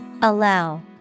Allow